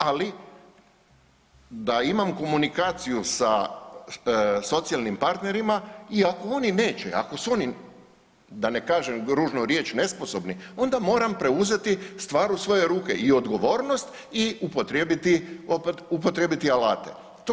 Ali da imam komunikaciju sa socijalnim partnerima i ako oni neće, ako su oni da ne kažem ružnu riječ nesposobni onda moram preuzeti stvar u svoje ruke i odgovornost i upotrijebiti alate.